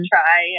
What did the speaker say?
Try